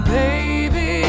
baby